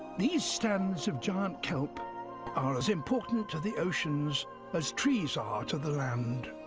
these stands of giant kelp are as important to the oceans as trees are to the land.